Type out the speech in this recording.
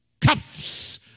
cups